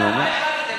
מה אכפת לי?